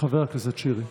חבר הכנסת שירי.